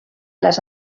les